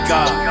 God